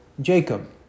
Jacob